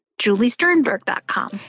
JulieSternberg.com